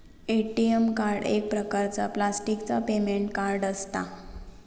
ATM card एक प्रकारचा प्लॅस्टिकचा पेमेंट कार्ड असता